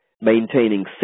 maintaining